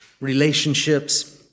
relationships